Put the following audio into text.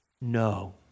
No